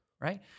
right